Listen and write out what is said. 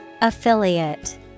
Affiliate